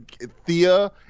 Thea